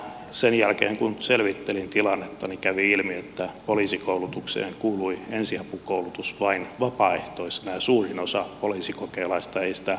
sen jälkeen kun selvittelin tilannetta kävi ilmi että poliisikoulutukseen kuului ensiapukoulutus vain vapaaehtoisena ja suurin osa poliisikokelaista ei sitä suorittanut